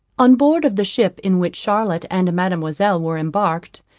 on board of the ship in which charlotte and mademoiselle were embarked,